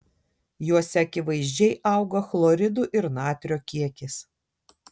juose akivaizdžiai auga chloridų ir natrio kiekis